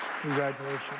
congratulations